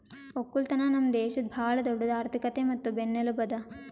ಒಕ್ಕಲತನ ನಮ್ ದೇಶದ್ ಭಾಳ ದೊಡ್ಡುದ್ ಆರ್ಥಿಕತೆ ಮತ್ತ ಬೆನ್ನೆಲುಬು ಅದಾ